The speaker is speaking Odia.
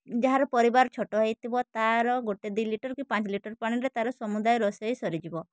ଯାହାର ପରିବାର ଛୋଟ ହେଇଥିବ ତାର ଗୋଟେ ଦୁଇ ଲିଟର୍ କି ପାଞ୍ଚ ଲିଟର ପାଣିରେ ତାର ସମୁଦାୟ ରୋଷେଇ ସରିଯିବ